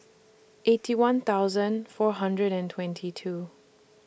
Eighty One thousand four hundred and twenty two